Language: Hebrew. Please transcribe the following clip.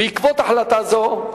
בעקבות החלטה זו,